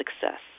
success